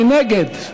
מי נגד?